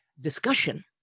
discussion